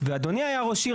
ואדוני היה ראש עיר,